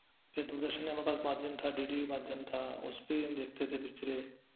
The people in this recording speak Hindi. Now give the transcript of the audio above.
फिर दूरदर्शन हमारे पास माध्यम था डी डी माध्यम था उस पर ही हम देखते थे पिक्चरें